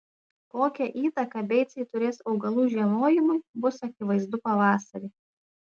kokią įtaką beicai turės augalų žiemojimui bus akivaizdu pavasarį